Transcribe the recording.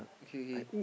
okay okay